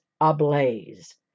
ablaze